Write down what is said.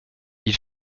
ils